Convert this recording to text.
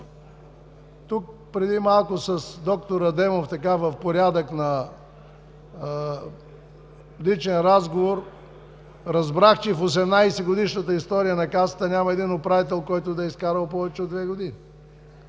Тук преди малко с д-р Адемов в порядък на личен разговор, разбрах, че в 18-годишната история на Касата няма един управител, който да е изкарал повече от две години.